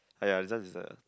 !aiya! this one is the